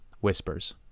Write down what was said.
whispers